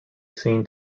seen